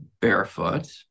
barefoot